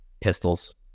pistols